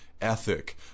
ethic